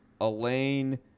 elaine